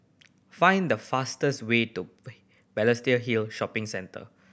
find the fastest way to Balestier Hill Shopping Centre